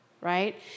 Right